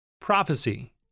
Prophecy